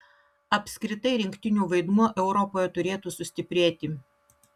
apskritai rinktinių vaidmuo europoje turėtų sustiprėti